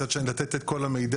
מצד שני לתת את כל המידע.